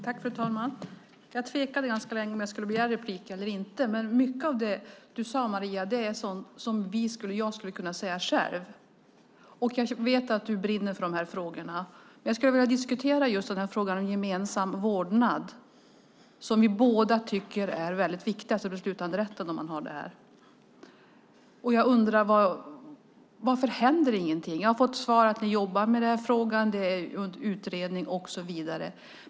Fru talman! Jag tvekade ganska länge om jag skulle begära replik eller inte. Mycket av det du sade, Maria Kornevik Jakobsson, är sådant som jag själv skulle kunna säga, och jag vet att du brinner för de här frågorna. Jag skulle vilja diskutera just frågan om beslutanderätt vid gemensam vårdnad, som vi båda tycker är viktig. Varför händer ingenting? Jag har fått svaret att ni jobbar med frågan, att den är under utredning och så vidare.